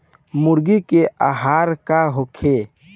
मुर्गी के आहार का होखे?